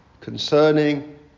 concerning